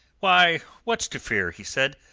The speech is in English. why, what's to fear? he said.